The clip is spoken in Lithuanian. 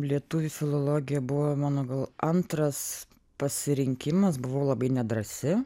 lietuvių filologija buvo mano gal antras pasirinkimas buvau labai nedrąsi